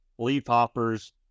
leafhoppers